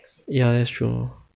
ya that's true